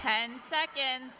ten second